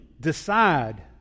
decide